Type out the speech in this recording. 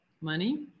money